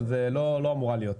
אבל לא אמורה להיות.